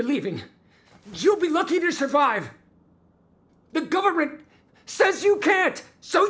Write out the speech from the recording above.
believing you'll be lucky to survive the government says you can't so